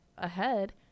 Ahead